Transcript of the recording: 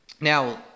Now